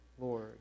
Lord